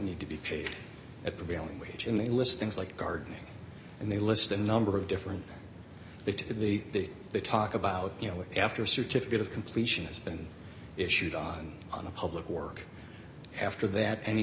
need to be paid at prevailing wage in the list things like gardening and they list a number of different that the they talk about you know after a certificate of completion has been issued on on a public work after that any